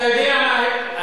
אדוני היושב-ראש,